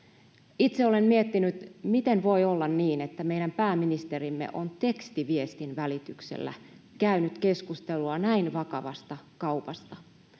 Itse olen miettinyt, miten voi olla niin, että meidän pääministerimme on tekstiviestin välityksellä käynyt keskustelua näin vakavasta kaupasta.